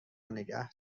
نگه